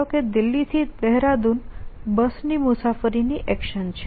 ધારો કે દિલ્હી થી દહેરાદૂન બસ ની મુસાફરી ની એક્શન છે